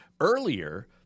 earlier –